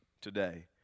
today